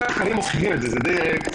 כל החיים מוכיחים את זה.